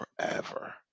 forever